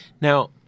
Now